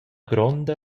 gronda